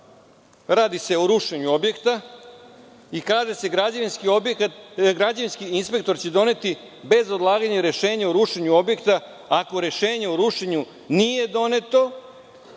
Radi se o rušenju objekta. Kaže se: „Građevinski inspektor će doneti bez odlaganja rešenje o rušenju objekta ako rešenje o rušenju nije doneto